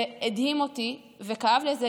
זה הדהים אותי וכאב לי,